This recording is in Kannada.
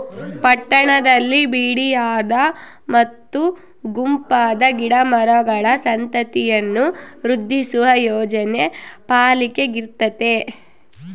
ಪಟ್ಟಣದಲ್ಲಿ ಬಿಡಿಯಾದ ಮತ್ತು ಗುಂಪಾದ ಗಿಡ ಮರಗಳ ಸಂತತಿಯನ್ನು ವೃದ್ಧಿಸುವ ಯೋಜನೆ ಪಾಲಿಕೆಗಿರ್ತತೆ